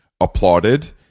applauded